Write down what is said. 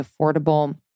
affordable